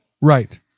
Right